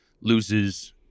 loses